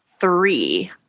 three